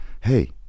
hey